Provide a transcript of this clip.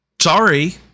Sorry